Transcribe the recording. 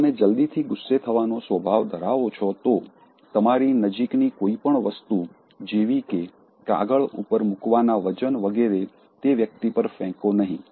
જો તમે જલ્દીથી ગુસ્સે થવાનો સ્વભાવ ધરાવો છો તો તમારી નજીકની કોઈ પણ વસ્તુ જેવી કે કાગળ ઉપર મૂકવાના વજન વગેરે તે વ્યક્તિ પર ફેંકો નહીં